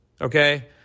Okay